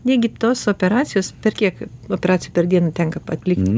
negis operacijos per kiek operacijų per dieną tenka atlikti